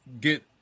get